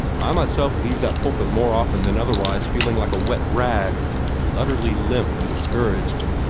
i myself leave that pulpit more often than otherwise feeling like a wet rag utterly limp and discouraged.